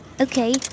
Okay